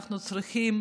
אנחנו צריכים